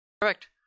Correct